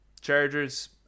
Chargers